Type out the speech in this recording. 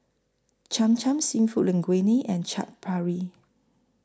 Cham Cham Seafood Linguine and Chaat Papri